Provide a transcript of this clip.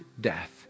death